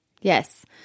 yes